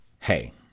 hey